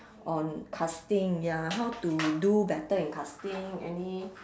on casting ya how to do better in casting any